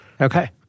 Okay